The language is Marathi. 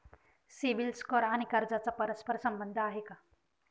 सिबिल स्कोअर आणि कर्जाचा परस्पर संबंध आहे का?